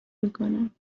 میکنم